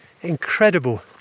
incredible